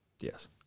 Yes